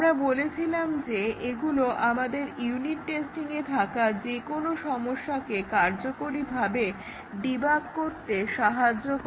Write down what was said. আমরা বলেছিলাম যে এগুলো আমাদের ইউনিট টেস্টিংয়ে থাকা যেকোনো সমস্যাকে কার্যকরীভাবে ডিবাগ করতে সাহায্য করে